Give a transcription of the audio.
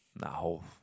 No